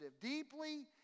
deeply